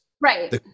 right